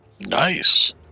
Nice